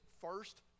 first